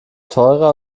teurer